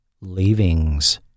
Leavings